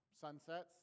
Sunsets